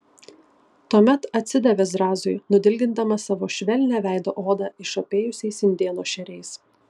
tuomet atsidavė zrazui nudilgindamas savo švelnią veido odą išopėjusiais indėno šeriais